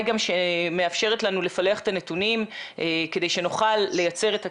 גם שמאפשרת לנו לפלח את הנתונים כדי שנוכל לייצר את הכלים.